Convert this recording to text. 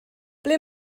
ble